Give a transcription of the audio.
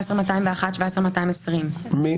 16,881 עד 16,900. מי